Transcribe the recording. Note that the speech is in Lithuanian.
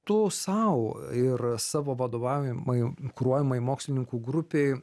tu sau ir savo vadovaujamai kuruojamai mokslininkų grupei